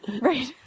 Right